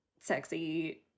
sexy